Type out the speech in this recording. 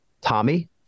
Tommy